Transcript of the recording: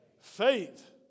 Faith